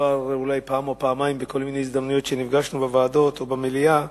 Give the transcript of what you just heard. כבר אולי פעם או פעמיים בכל מיני הזדמנויות שנפגשנו בוועדות ובמליאה,